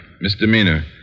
Misdemeanor